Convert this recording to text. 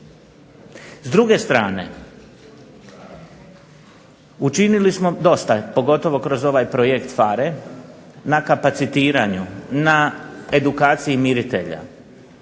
S druge strane, učinili smo dosta, pogotovo kroz ovaj projekt PHARE na kapacitiranju, na edukaciji miritelja.